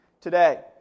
today